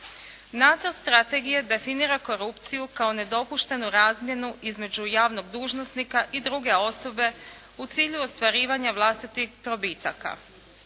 Nacrt strategije definira korupciju kao nedopuštenu razmjenu između javnog dužnosnika i druge osobe u cilju ostvarivanja vlastitih probitaka.